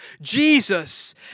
Jesus